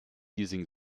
using